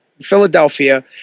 Philadelphia